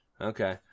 Okay